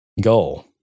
goal